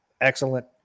excellent